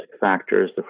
factors